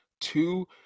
Two